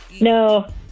No